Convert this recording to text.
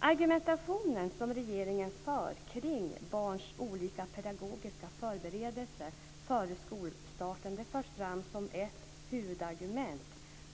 De resonemang som regeringen för kring barns olika pedagogiska förberedelser före skolstarten förs fram som ett huvudargument